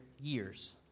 years